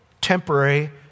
temporary